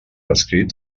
escrit